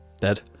dead